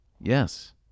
Yes